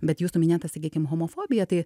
bet jūsų minėta sakykim homofobija tai